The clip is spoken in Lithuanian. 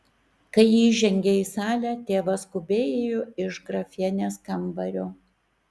kai ji įžengė į salę tėvas skubiai ėjo iš grafienės kambario